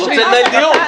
תחזרי בך.